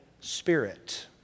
Spirit